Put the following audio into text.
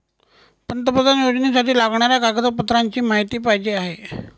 पंतप्रधान योजनेसाठी लागणाऱ्या कागदपत्रांची माहिती पाहिजे आहे